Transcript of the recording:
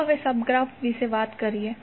ચાલો હવે subgraph વિશે વાત કરીએ